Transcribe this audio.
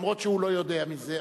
אף שהוא לא יודע מזה,